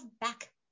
back